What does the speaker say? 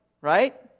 right